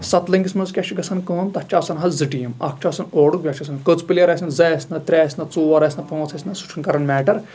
سَتہٕ لٔنٛگِس منٛز کیاہ چھٕ گژھان کٲم تَتھ چھٕ آسان حظ زٕ ٹیٖم اکھ چھُ آسن اورُک بیاکھ چھُ آسان کٔژٕ پِلیر آسن زٕ آسہِ نا ترے آسہِ نا ژور آسہِ نا پانٛژھ آسہِ نا سُہ چھُ نہٕ کران میٹر